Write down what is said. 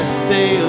stay